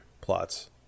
plots